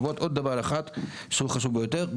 דבר נוסף שחשוב ביותר,